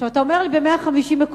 עכשיו אתה אומר לי ב-150 מקומות,